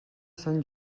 sant